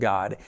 God